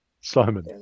simon